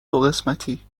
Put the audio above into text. قسمتی